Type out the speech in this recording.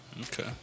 Okay